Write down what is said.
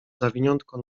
zawiniątko